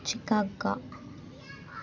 Chicago